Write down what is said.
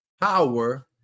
power